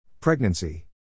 Pregnancy